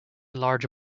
large